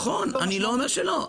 נכון, אני לא אומר שלא.